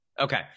Okay